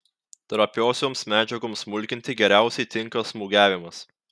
trapiosioms medžiagoms smulkinti geriausiai tinka smūgiavimas